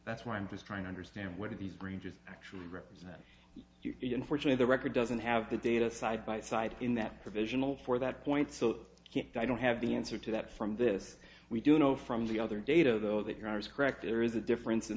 that's why i'm just trying to understand what do these ranges actually represent you unfortunately the record doesn't have the data side by side in that provisional for that point so you don't have the answer to that from this we do know from the other data though that you are correct there is a difference in